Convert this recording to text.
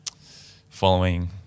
following